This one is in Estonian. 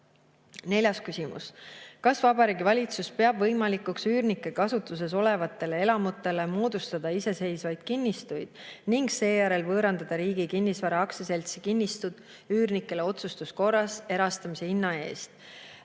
Neljas küsimus: "Kas Vabariigi Valitsus peab võimalikuks üürnike kasutuses olevatele elamutele moodustada iseseisvad kinnistud ning seejärel võõrandada Riigi Kinnisvara AS kinnistud üürnikele otsustuskorras erastamise hinna eest?"